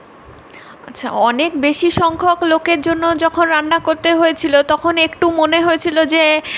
আচ্ছা অনেক বেশি সংখ্যক লোকের জন্য যখন রান্না করতে হয়েছিলো তখন একটু মনে হয়েছিলো যে